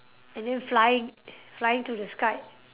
and then flying flying to the sky